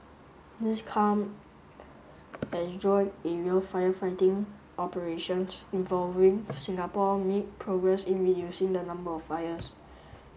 this come as joint aerial firefighting operations involving Singapore made progress in reducing the number of fires